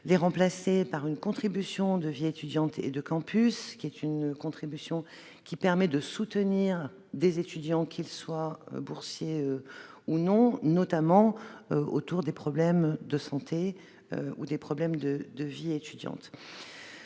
les remplacer par une contribution de vie étudiante et de campus. Cette contribution permet de soutenir des étudiants, qu'ils soient boursiers ou non, notamment en matière de santé ou de vie étudiante.